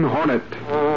Hornet